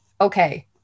Okay